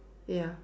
ya